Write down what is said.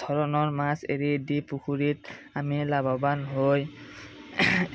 ধৰণৰ মাছ এৰি দি পুখুৰীত আমি লাভৱান হৈ